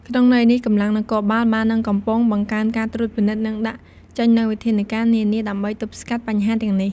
ក្នុងន័យនេះ កម្លាំងនគរបាលបាននិងកំពុងបង្កើនការត្រួតពិនិត្យ និងដាក់ចេញនូវវិធានការនានាដើម្បីទប់ស្កាត់បញ្ហាទាំងនេះ។